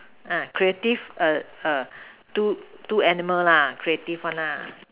ya creative err err two animals lah creative one lah